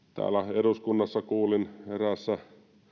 eduskunnassa kuulin eräässä